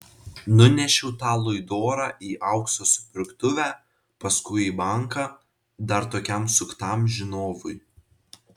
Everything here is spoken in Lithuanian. nunešiau tą luidorą į aukso supirktuvę paskui į banką dar tokiam suktam žinovui